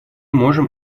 можем